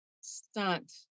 stunt